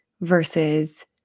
versus